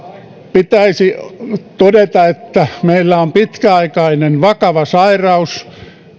pitäisi todeta että meillä on pitkäaikainen vakava sairaus